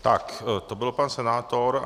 Tak, to byl pan senátor.